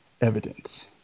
evidence